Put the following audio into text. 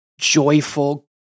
joyful